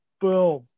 Boom